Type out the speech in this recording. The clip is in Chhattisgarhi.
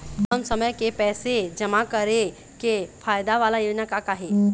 कम समय के पैसे जमा करे के फायदा वाला योजना का का हे?